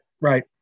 right